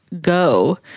go